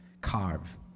carve